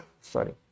Sorry